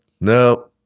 no